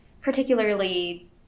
particularly